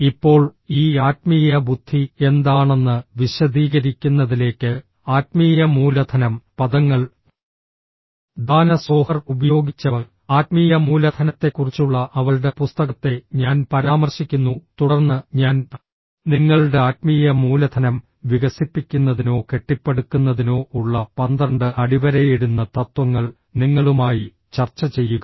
ഇപ്പോൾ ഈ ആത്മീയ ബുദ്ധി എന്താണെന്ന് വിശദീകരിക്കുന്നതിലേക്ക് ആത്മീയ മൂലധനം പദങ്ങൾ ദാന സോഹർ ഉപയോഗിച്ചവ ആത്മീയ മൂലധനത്തെക്കുറിച്ചുള്ള അവളുടെ പുസ്തകത്തെ ഞാൻ പരാമർശിക്കുന്നു തുടർന്ന് ഞാൻ നിങ്ങളുടെ ആത്മീയ മൂലധനം വികസിപ്പിക്കുന്നതിനോ കെട്ടിപ്പടുക്കുന്നതിനോ ഉള്ള 12 അടിവരയിടുന്ന തത്വങ്ങൾ നിങ്ങളുമായി ചർച്ച ചെയ്യുക